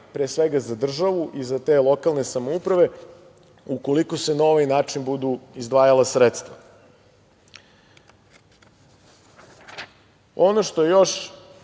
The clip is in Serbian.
pre svega za državu i za te lokalne samouprave, ukoliko se na ovaj način budu izdvajala sredstva. Ono što je